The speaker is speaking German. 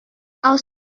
aus